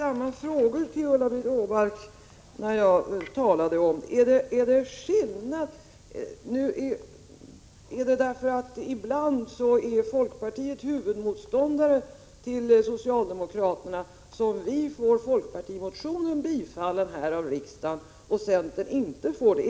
Herr talman! Jag ställde ungefär samma frågor till Ulla-Britt Åbark när jag talade. Är det därför att folkpartiet ibland är huvudmotståndare till socialdemokraterna som vi får vår motion bifallen av riksdagen medan centern inte får det?